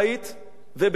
ובירך ברכה.